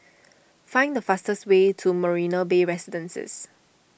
find the fastest way to Marina Bay Residences